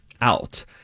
out